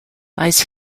lies